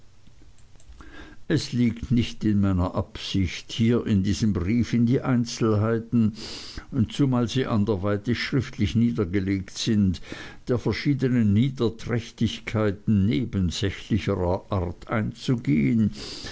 es liegt nicht in meiner absicht hier in diesem brief in die einzelheiten zumal sie anderweitig schriftlich niedergelegt sind der verschiednen niederträchtigkeiten nebensächlicherer art einzugehen